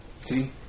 See